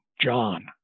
John